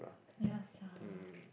ya sia